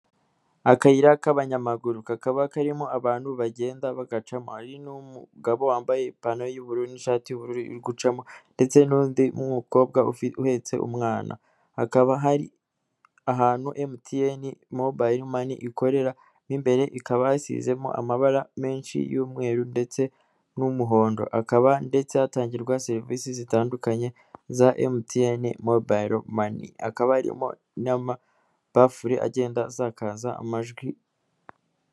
Akayira k'abanyamaguru kakaba karimo abantu bagenda bagacamo hari n'umugabo wambaye ipantaro y'ubururu n'ishati y'ubururu uri gucamo ndetse n'undi w'umukobwa uhetse umwana, hakaba hari ahantu emutiyeni mobayiro mani ikoreramo, imbere hakaba hasizemo amabara menshi y'umweru ndetse n'umuhondo akaba ndetse hatangirwa serivisi zitandukanye za emutiyeni mobayiro mani, hakaba harimo n'amabafure agenda asakaza amajwi.